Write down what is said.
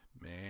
Man